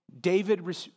David